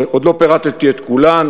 ועוד לא פירטתי את כולן,